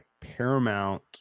paramount